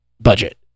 budget